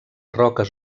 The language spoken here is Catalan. roques